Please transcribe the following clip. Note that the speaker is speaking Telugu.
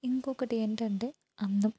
ఇంకొకటి ఏంటంటే అందం